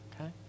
okay